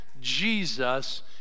Jesus